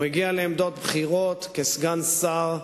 הוא הגיע לעמדות בכירות כסגן שר,